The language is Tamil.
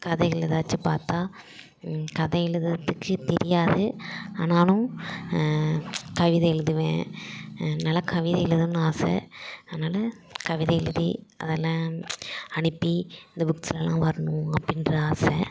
கதைகள் ஏதாச்சு பார்த்தா கதை எழுதுறதுக்கு தெரியாது ஆனாலும் கவிதை எழுதுவேன் நல்லா கவிதை எழுதுனுன் ஆசை அதனால கவிதை எழுதி அதெல்லாம் அனுப்பி இந்த புக்ஸ்லலாம் வரணும் அப்படின்ற ஆசை